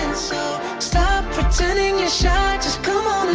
stop pretending you're shy, just come on